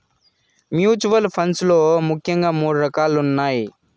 mutual funds లో ముఖ్యంగా మూడు రకాలున్నయ్